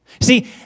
See